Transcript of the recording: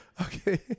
Okay